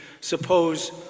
Suppose